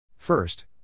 First